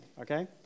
Okay